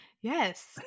Yes